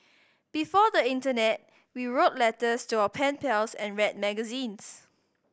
before the internet we wrote letters to our pen pals and read magazines